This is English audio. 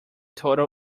total